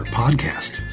podcast